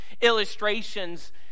illustrations